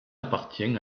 appartient